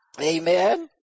Amen